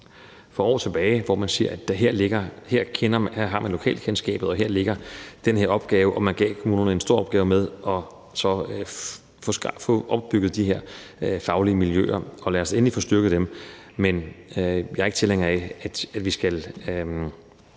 for år tilbage, hvor man siger, at man her har lokalkendskabet, og at den opgave ligger her. Man gav kommunerne en stor opgave med at få opbygget de her faglige miljøer, og lad os endelig få styrket dem. Men jeg er ikke tilhænger af, at vi skal